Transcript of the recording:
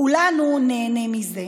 כולנו ניהנה מזה.